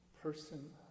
person